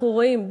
אנחנו רואים,